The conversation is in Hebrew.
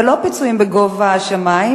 ולא פיצויים בגובה השמים,